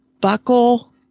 buckle